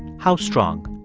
how strong?